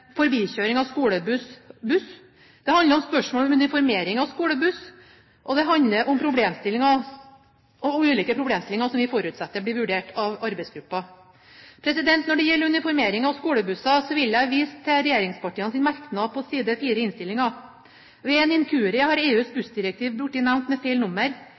av trafikkreglene når det gjelder forbikjøring av skolebuss/buss, det handler om spørsmål om uniformering av skolebuss, og det handler om ulike problemstillinger som vi forutsetter blir vurdert av arbeidsgruppen. Når det gjelder uniformering av skolebusser, vil jeg vise til regjeringspartienes merknad på side 4 i innstillingen. Ved en inkurie har EUs bussdirektiv blitt nevnt med feil nummer.